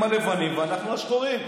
אתם הלבנים ואנחנו השחורים.